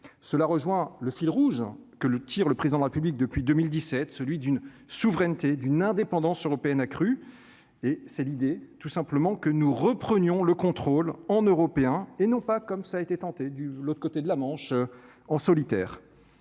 cela rejoint le fil rouge que le Tir, le président de la République depuis 2017, celui d'une souveraineté d'une indépendance européenne accrue et c'est l'idée tout simplement que nous reprenions le contrôle en européen et non pas, comme ça a été tenté de l'autre côté de la Manche en solitaire